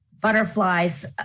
butterflies